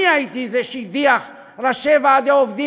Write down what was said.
אני הייתי זה שהדיח ראשי ועדי עובדים